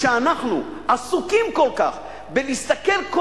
כשאנחנו עסוקים כל כך בלהסתכל,